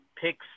picks